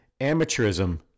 amateurism